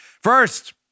First